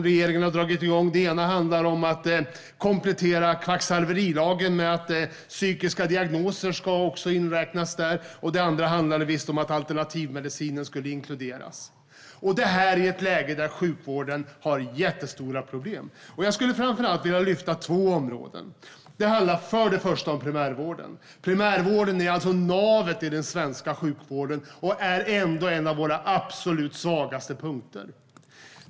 Den ena handlar om att komplettera kvacksalverilagen genom att även inräkna psykiska diagnoser. Den andra handlar visst om att alternativmedicinen ska inkluderas. Detta sker i ett läge där sjukvården har jättestora problem. Jag skulle framför allt vilja lyfta fram två områden. Det handlar för det första om primärvården, som är navet i den svenska sjukvården och ändå en av våra absolut svagaste punkter.